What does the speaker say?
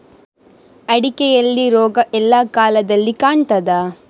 ಅಡಿಕೆಯಲ್ಲಿ ರೋಗ ಎಲ್ಲಾ ಕಾಲದಲ್ಲಿ ಕಾಣ್ತದ?